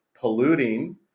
polluting